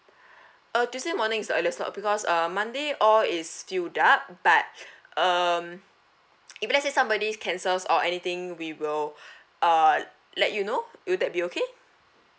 uh tuesday morning is the earliest slot because uh monday all is filled up but um if let's say somebody cancels or anything we will err let you know will that be okay